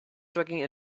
dragging